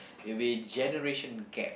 it'll be generation gap